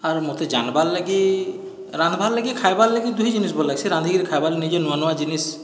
ଆର୍ ମୋତେ ଜାଣବାର୍ ଲାଗି ରାନ୍ଧବାର୍ ଲାଗି ଖାଇବାର୍ ଲାଗି ଦୁହି ଜିନିଷ ଭଲ ଲାଗ୍ସି ରାନ୍ଧିକିରି ଖାଇବା ନିଜେ ନୂଆ ନୂଆ ଜିନିଷ